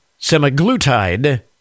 semaglutide